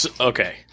okay